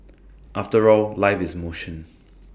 after all life is motion